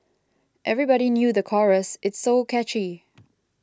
everybody knew the chorus it's so catchy